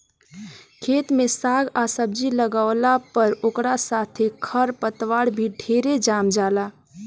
खेत में साग आ सब्जी लागावला पर ओकरा साथे खर पतवार भी ढेरे जाम जाला